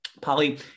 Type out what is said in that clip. Polly